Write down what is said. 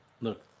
look